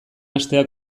hastea